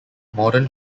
modern